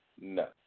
No